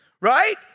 Right